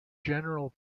general